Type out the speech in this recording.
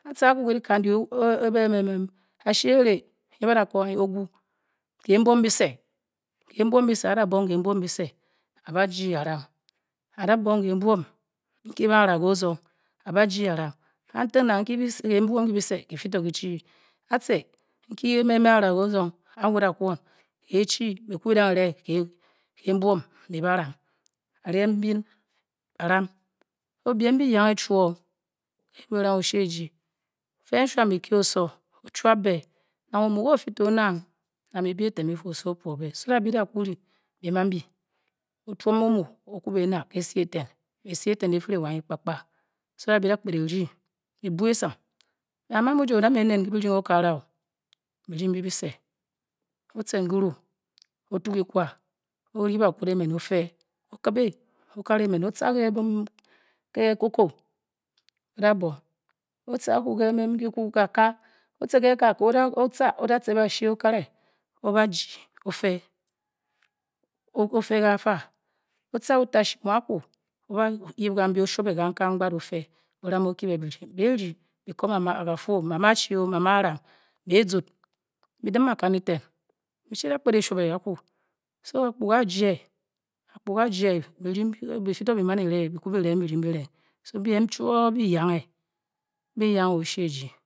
Ba te ah ku le lakan di uh emmmel bash oned nge bada gour kan nye oku kam bum bese bara bong bem bum bese ara ge anang ara boung ben bown inke ba boven kesung ara ge arang kentan na kiye ba bun tusu nke nga ku be fe insulin o-shie gi nku na omu ga otpewo neng amagi obang me ndi ba ding okakara oho otem garu okbi nkala men ota le cocoa men oda ponk o tar le otashi men ola kel ofipe odar ram koing kang kake otpe o ba kemi be de ba kur mama sama oh oshie so apkorga te ajiu bading be piya mani de because reng bading bering so bem chwor be yang eh be yengeh oshwe gi